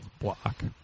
block